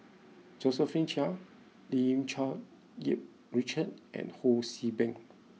Josephine Chia Lim Cherng Yih Richard and Ho See Beng